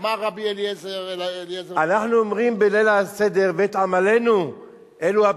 "אמר רבי אליעזר אנחנו אומרים בליל הסדר: "ואת עמלנו,